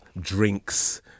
drinks